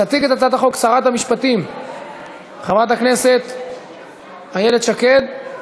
תציג את הצעת החוק שרת המשפטים חברת הכנסת איילת שקד.